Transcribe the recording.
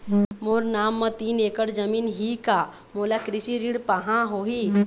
मोर नाम म तीन एकड़ जमीन ही का मोला कृषि ऋण पाहां होही?